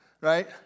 right